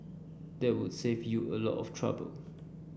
that would save you a lot of trouble